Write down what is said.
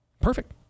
Perfect